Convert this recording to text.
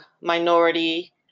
minority